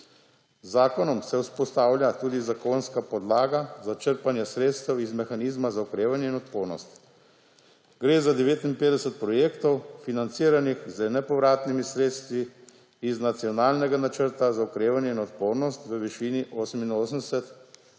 Z zakonom se vzpostavlja tudi zakonska podlaga za črpanje sredstev iz mehanizma za okrevanje in odpornost. Gre za 59 projektov, financiranih z nepovratnimi sredstvi iz Nacionalnega načrta za okrevanje in odpornost v višini 88,5 milijona